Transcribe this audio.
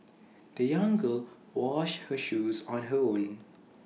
the young girl washed her shoes on her own